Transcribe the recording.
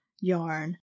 yarn